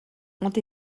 ont